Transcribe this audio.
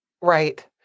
Right